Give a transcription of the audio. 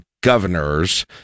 governors